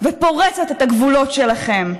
ופורצת את הגבולות שלכם.